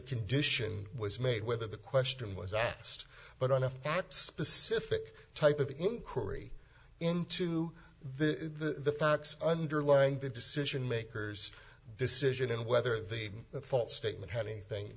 condition was made whether the question was asked but on a fact specific type of inquiry into the facts underlying the decision makers decision and whether the fault statement had anything